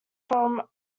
from